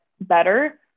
better